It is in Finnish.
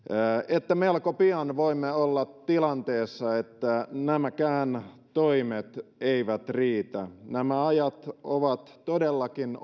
että melko pian voimme olla tilanteessa että nämäkään toimet eivät riitä nämä ajat ovat todellakin